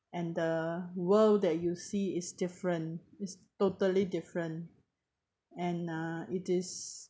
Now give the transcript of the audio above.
and the world that you see is different is totally different and uh it is